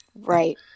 right